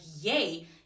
yay